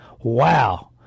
Wow